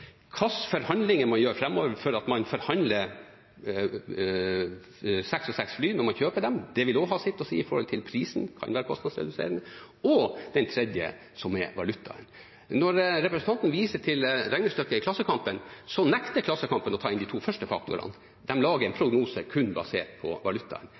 forhandlinger man gjør framover for at man forhandler seks og seks fly når man kjøper dem – det vil også ha sitt å si for prisen, det kan være kostnadsreduserende. Det tredje er valutaen. Når representanten viser til regnestykket i Klassekampen, nekter Klassekampen å ta inn de to første faktorene. De lager en prognose kun basert på valutaen.